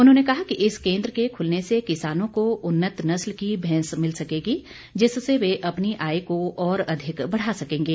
उन्होंने कहा कि इस केन्द्र के खुलने से किसानों को उन्नत नस्ल की भैंस मिल सकेगी जिससे वे अपनी आय को और अधिक बढ़ा सकेंगे